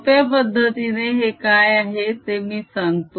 सोप्या पद्धतीने हे काय आहे ते मी सांगतो